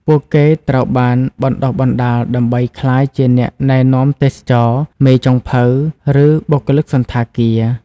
ពួកគេត្រូវបានបណ្តុះបណ្តាលដើម្បីក្លាយជាអ្នកណែនាំទេសចរណ៍ មេចុងភៅ ឬបុគ្គលិកសណ្ឋាគារ។